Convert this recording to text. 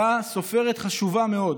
שבה סופרת חשובה מאוד